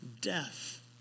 death